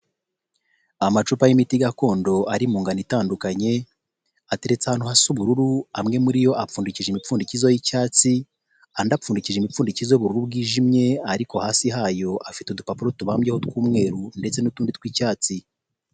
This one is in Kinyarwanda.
Amacupa y'imiti gakondo ari mu ngano itandukanye ateretse ahantu hasi ubururu amwe muri yo apfundikishije imipfundikizo y'icyatsi, andi apfundikijwe impfundikizo y'ubururu bwijimye ariko hasi hayo afite udupapuro tubabyeho tw'umweru ndetse n'utundi tw'icyatsi.